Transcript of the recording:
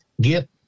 get